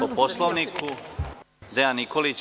Po Poslovniku Dejan Nikolić.